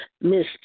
Miss